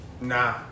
Nah